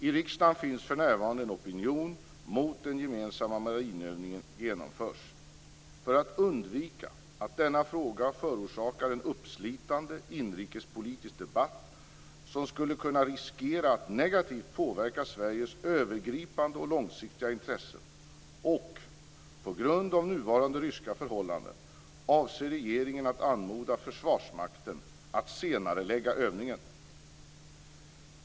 I riksdagen finns för närvarande en opinion mot att den gemensamma marinövningen genomförs. För att undvika att denna fråga förorsakar en uppslitande inrikespolitisk debatt som skulle kunna riskera att negativt påverka Sveriges övergripande och långsiktiga intressen, och på grund av nuvarande ryska förhållanden, avser regeringen att anmoda Försvarsmakten att senarelägga övningen.